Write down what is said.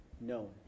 known